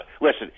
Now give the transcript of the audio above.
listen